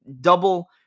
double